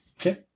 Okay